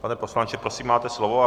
Pane poslanče, prosím, máte slovo.